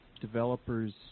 developers